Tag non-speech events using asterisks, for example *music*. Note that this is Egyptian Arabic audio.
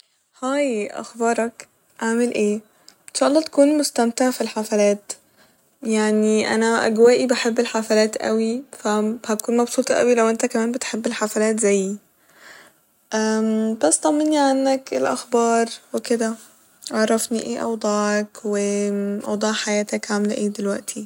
هاي أخبارك ، عامل ايه ، إن شاء الله تكون مستمتع ف الحفلات ، يعني أنا اجوائي بحب الحفلات اوي فهكون مبسوطة أوي لو انت كمان بتحب الحفلات زيي *hesitation* بس طمني عنك ايه الاخبار وكده ، عرفني ايه أوضاعك و *hesitation* اوضاع حياتك عاملة ايه دلوقتي